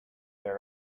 there